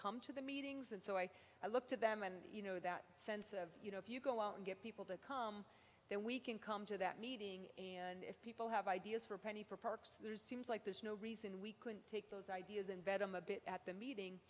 come to the meetings and so i looked at them and you know that sense of you know if you go out and get people to come then we can come to that meeting and if people have ideas for a penny for perks seems like there's no reason we take those ideas and bet i'm a bit at the meeting